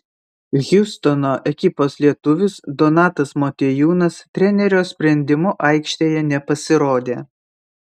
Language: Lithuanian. hjustono ekipos lietuvis donatas motiejūnas trenerio sprendimu aikštėje nepasirodė